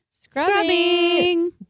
Scrubbing